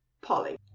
Polly